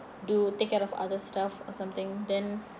do take care of other stuff or something then